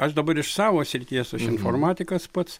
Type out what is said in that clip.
aš dabar iš savo srities aš informatikas pats